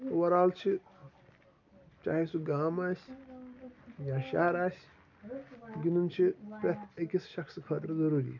overall چھِ چاہے سُہ گام آسہِ یا شہر آسہِ گِنٛدُن چھُ پرٛیٚتھ أکِس شخصہٕ خٲطرٕ ضروٗری